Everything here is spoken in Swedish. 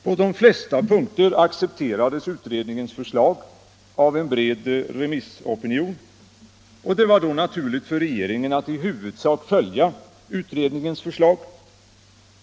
På de flesta punkter accepterades utredningens förslag av en bred remissopinion, och det var då naturligt för regeringen att i huvudsak följa utredningens förslag.